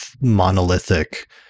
monolithic